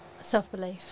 Self-belief